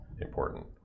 important